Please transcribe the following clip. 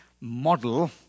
model